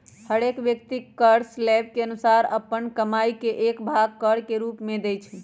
हरेक व्यक्ति कर स्लैब के अनुसारे अप्पन कमाइ के एक भाग कर के रूप में देँइ छै